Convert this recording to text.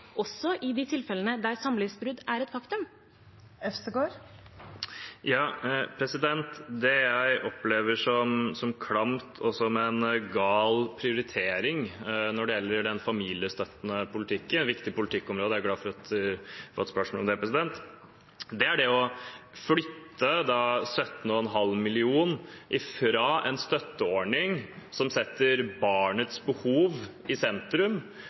også i de tilfellene der samlivsbrudd er et faktum? Det jeg opplever som klamt og som en gal prioritering når det gjelder den familiestøttende politikken – som er et viktig politikkområde, og jeg er glad for å ha fått et spørsmål om det – er det å flytte 17,5 mill. kr fra en støtteordning som setter barnets behov i sentrum,